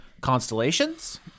constellations